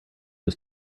was